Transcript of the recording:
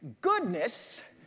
goodness